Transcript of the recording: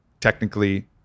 technically